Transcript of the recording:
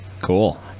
Cool